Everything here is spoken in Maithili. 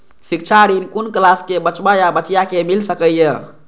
शिक्षा ऋण कुन क्लास कै बचवा या बचिया कै मिल सके यै?